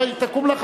תקום,